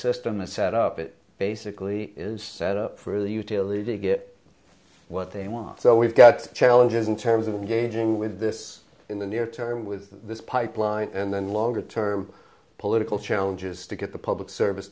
system is set up it basically is set up for the utility to get what they want so we've got challenges in terms of gauging with this in the near term with this pipeline and then longer term political challenges to get the public service